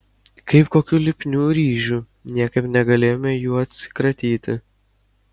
kaip kokių lipnių ryžių niekaip negalėjome jų atsikratyti